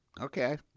Okay